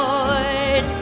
Lord